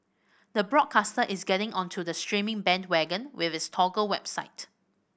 the broadcaster is getting onto the streaming bandwagon with its Toggle website